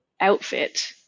outfit